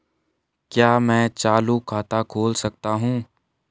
क्या मैं चालू खाता खोल सकता हूँ?